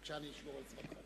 אתה צודק.